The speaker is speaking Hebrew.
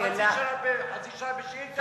אנחנו כבר חצי שעה בשאילתא אחת.